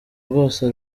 rwose